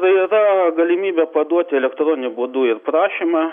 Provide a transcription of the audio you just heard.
yra galimybė paduoti elektroniniu būdu ir prašymą